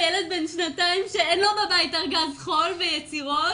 וילד בן שנתיים שאין לו בבית ארגז חול ויצירות,